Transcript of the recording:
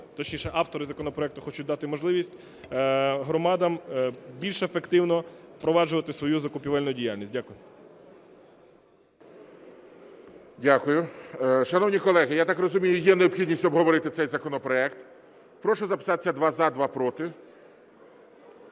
точніше, автори законопроекту хочуть дати можливість громадам більш ефективно впроваджувати свою закупівельну діяльність. Дякую. ГОЛОВУЮЧИЙ. Дякую. Шановні колеги, я так розумію, є необхідність обговорити цей законопроект. Прошу записатись: два – за, два – проти.